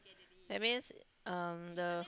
that means um the